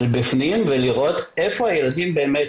ולראות איפה הילדים באמת.